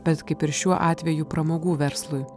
bet kaip ir šiuo atveju pramogų verslui